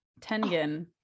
Tengen